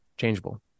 changeable